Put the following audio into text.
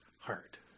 heart